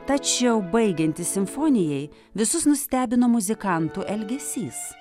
tačiau baigiantis simfonijai visus nustebino muzikantų elgesys